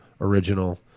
original